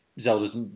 Zelda's